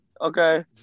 Okay